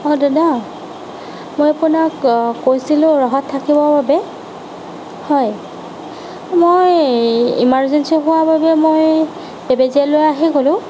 অ দাদা মই আপোনাক কৈছিলোঁ ৰহাত থাকিবৰ বাবে হয় মই ইমাৰ্জেন্সী হোৱাৰ বাবে মই বেবেজীয়ালৈ আহি গ'লোঁ